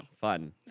Fun